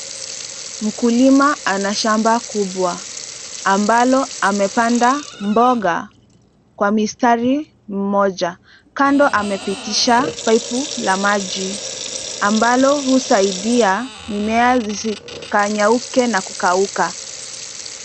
Mkulima ana shamba kubwa ambalo amepanda mboga kwa mistari mmoja. Kando amepitisha pipe la maji ambalo husaidia mimea zisinyauke na kukauka.